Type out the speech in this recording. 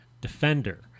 defender